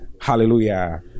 hallelujah